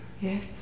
Yes